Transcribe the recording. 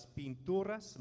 pinturas